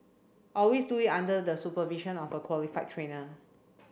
always do it under the supervision of a qualified trainer